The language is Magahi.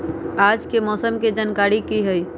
आज के मौसम के जानकारी कि हई?